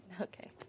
Okay